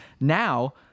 now